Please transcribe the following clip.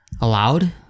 allowed